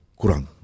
kurang